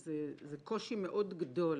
זה קושי מאוד גדול